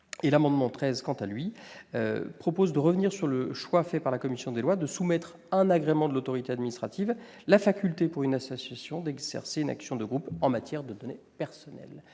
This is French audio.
L'amendement n° 13 vise, quant à lui, à revenir sur le choix de la commission des lois de soumettre à un agrément de l'autorité administrative la faculté pour une association d'exercer une action de groupe en matière de données personnelles.